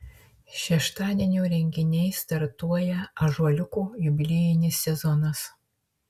šeštadienio renginiais startuoja ąžuoliuko jubiliejinis sezonas